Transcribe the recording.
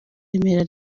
remera